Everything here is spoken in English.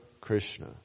Krishna